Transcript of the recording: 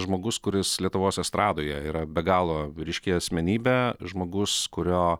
žmogus kuris lietuvos estradoje yra be galo ryški asmenybė žmogus kurio